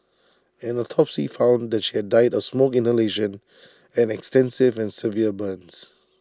an autopsy found that she had died of smoke inhalation and extensive and severe burns